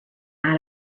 out